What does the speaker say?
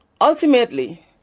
Ultimately